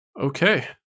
okay